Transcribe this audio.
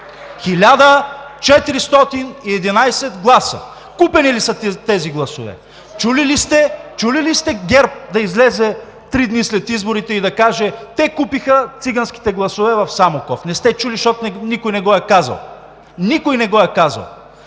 гласа! Купени ли са тези гласове? Чули ли сте ГЕРБ да излезе три дни след изборите и да каже: те купиха циганските гласове в Самоков. Не сте чули, защото никой не го е казал. Никой не го е казал!